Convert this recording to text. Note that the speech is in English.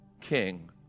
king